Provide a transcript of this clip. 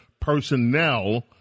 personnel